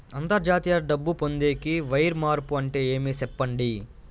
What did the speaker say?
అంతర్జాతీయ డబ్బు పొందేకి, వైర్ మార్పు అంటే ఏమి? సెప్పండి?